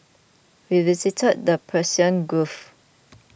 we visited the Persian Gulf